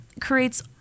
creates